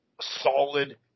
solid